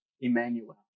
Emmanuel